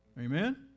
Amen